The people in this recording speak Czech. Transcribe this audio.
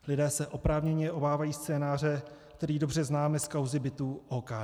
Lidé se oprávněně obávají scénáře, který dobře známe z kauzy bytů OKD.